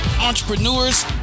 entrepreneurs